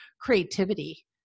creativity